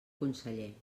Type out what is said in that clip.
conseller